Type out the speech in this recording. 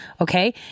Okay